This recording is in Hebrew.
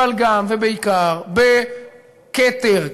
אבל גם ובעיקר בכתר,